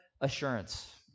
assurance